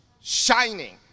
shining